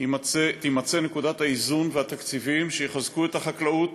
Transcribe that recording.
יימצאו נקודות האיזון והתקציבים שיחזקו את החקלאות,